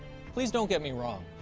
please don't get me wrong.